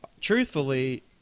truthfully